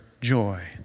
joy